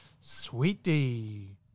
sweetie